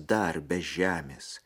dar be žemės